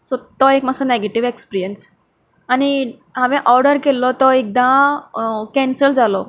so तो एक मातसो नॅगेटीव एक्सपिऱ्यंस आनी हांवें ओर्डर केल्लो तो एकदां कॅन्सल जालो